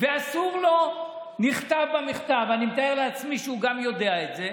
אולי כאן ההזדמנות גם,